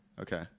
Okay